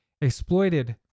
exploited